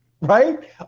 right